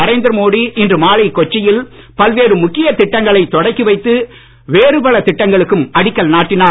நரேந்திர மோடி இன்று மாலை கொச்சியில் பல்வேறு முக்கிய திட்டங்களை தொடக்கி வைத்து வேறு பல திட்டங்களுக்கு அடிக்கல் நாட்டினார்